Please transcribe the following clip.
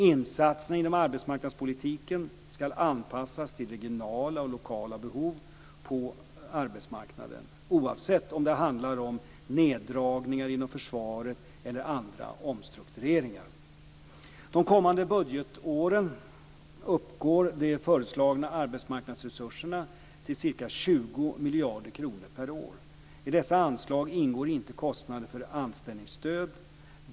Insatserna inom arbetsmarknadspolitiken ska anpassas till regionala och lokala behov på arbetsmarknaden, oavsett om det handlar om neddragningar inom försvaret eller andra omstruktureringar. De kommande budgetåren uppgår de föreslagna arbetsmarknadsresurserna till ca 20 miljarder kronor per år. I dessa anslag ingår inte kostnader för anställningsstöd.